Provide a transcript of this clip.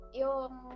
yung